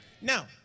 Now